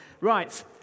Right